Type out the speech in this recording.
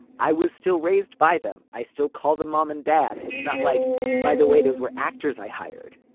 i was still raised by them. i still call them mom and dad. it's not like by the way those were actors i hired.